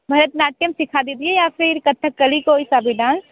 भरतनाट्यम सीखा दीजिए या फिर कथकली कोई सा भी डांस